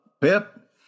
Pip